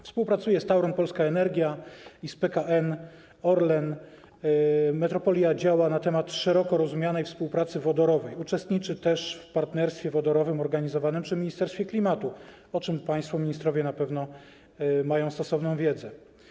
Wraz z Tauronem Polską Energią i PKN Orlen metropolia działa na rzecz szeroko rozumianej współpracy wodorowej, uczestniczy też w partnerstwie wodorowym organizowanym przy Ministerstwie Klimatu, o czym państwo ministrowie na pewno mają stosowną wiedzę.